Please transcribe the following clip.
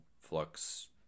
Flux